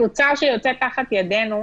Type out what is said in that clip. התוצר שיוצא תחת ידינו,